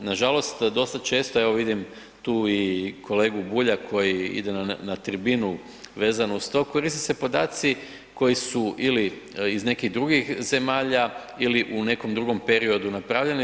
Nažalost dosta često evo vidim tu i kolegu Bulja koji ide na tribinu vezano uz to, koriste se podaci koji su ili iz nekih drugih zemalja ili u nekom drugom periodu napravljene.